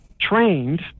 trained